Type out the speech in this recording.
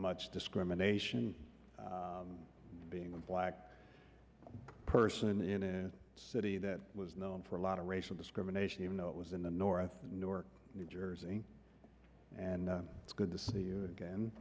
much discrimination being a black person in a city that was known for a lot of racial discrimination even though it was in the north north new jersey and it's good to see you again